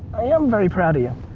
i'm very proud of you.